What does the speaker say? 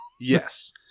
Yes